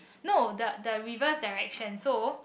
no the the reverse direction so